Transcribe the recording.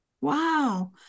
Wow